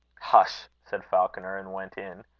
hush! said falconer, and went in.